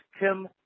Tim